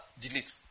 delete